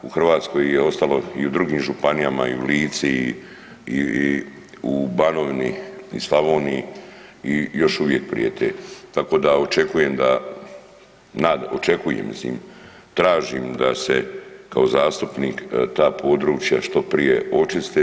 U Hrvatskoj ih je ostalo i u drugim županijama i u Lici i u Banovini i Slavoniji i još uvijek prijete, tako da očekujem da, očekujem, tražim da se kao zastupnik ta područja što prije očiste.